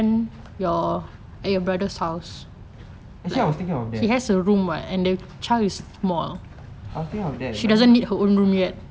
actually I was thinking of that I was thinking of that but then